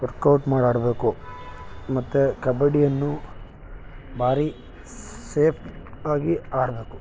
workout ಮಾಡಿ ಆಡಬೇಕು ಮತ್ತು ಕಬಡ್ಡಿಯನ್ನು ಭಾರಿ ಸೇಫ್ ಆಗಿ ಆಡಬೇಕು